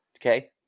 okay